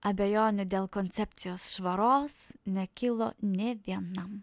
abejonių dėl koncepcijos švaros nekilo nė vienam